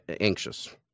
anxious